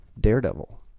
Daredevil